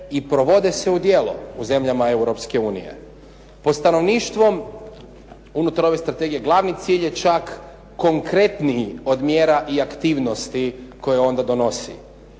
i provode se u djelo u zemljama Europske unije. Po stanovništvo, unutar ove strategije glavni cilj je čak konkretniji od mjera i aktivnosti koje onda donosi.